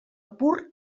pur